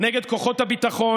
נגד כוחות הביטחון,